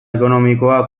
ekonomikoa